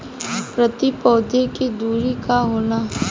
प्रति पौधे के दूरी का होला?